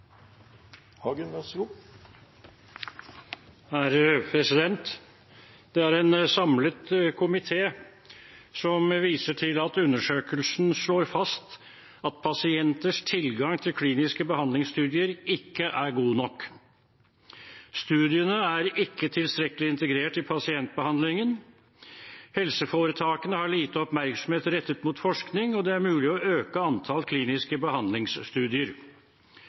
demokratisk styring. Det er en samlet komité som viser til at undersøkelsen slår fast at pasienters tilgang til kliniske behandlingsstudier ikke er god nok. Studiene er ikke tilstrekkelig integrert i pasientbehandlingen. Helseforetakene har lite oppmerksomhet rettet mot forskning, og det er mulig å øke antall kliniske behandlingsstudier.